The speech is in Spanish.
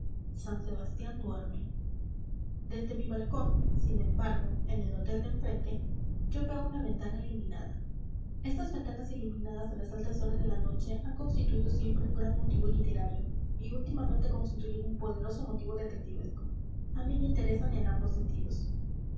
san sebastián duerme desde mi balcón sin embargo en el hotel de enfrente yo veo una ventana iluminada estas ventanas iluminadas a las altas horas de la noche han constituido siempre un gran motivo literario y últimamente constituyen un poderoso motivo detectivesco a mí me interesan en ambos sentidos